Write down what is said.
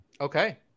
okay